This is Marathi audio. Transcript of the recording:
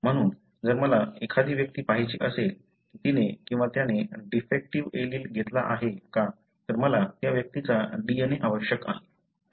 म्हणून जर मला एखादी व्यक्ती पाहायची असेल की तिने किंवा त्याने डिफेक्टीव्ह एलील घेतलेला आहे का तर मला त्या व्यक्तीचा DNA आवश्यक आहे